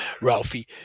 Ralphie